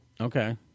Okay